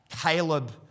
Caleb